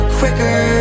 quicker